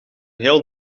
heel